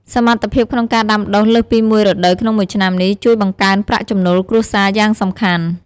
សមត្ថភាពក្នុងការដាំដុះលើសពីមួយរដូវក្នុងមួយឆ្នាំនេះ ជួយបង្កើនប្រាក់ចំណូលគ្រួសារយ៉ាងសំខាន់។